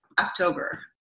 October